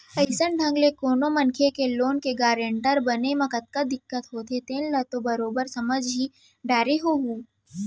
अइसन ढंग ले कोनो मनखे के लोन के गारेंटर बने म कतका दिक्कत होथे तेन ल तो बरोबर समझ ही डारे होहूँ